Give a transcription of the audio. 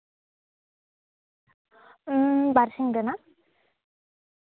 ᱵᱟᱨ ᱥᱤᱧ ᱨᱮᱱᱟᱜ